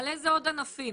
על איזה עוד ענפים?